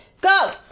Go